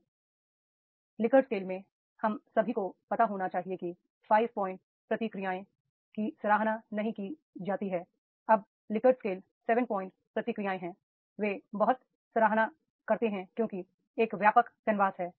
आजकल के Likert scale में हम सभी को पता होना चाहिए कि 5 प्वाइंट प्रतिक्रियाओं की सराहना नहीं की जाती है अब लिकर्ट स्केल 7 प्वाइंट प्रतिक्रियाएं हैं वे बहुत सराहना करते हैं क्योंकि एक व्यापक कैनवास है